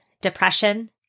depression